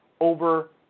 over